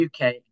UK